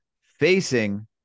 facing